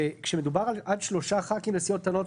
שכאשר מדובר עד שלושה חברי כנסת לסיעות קטנות,